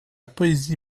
poésie